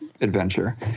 adventure